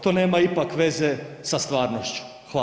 To nema ipak veze sa stvarnošću.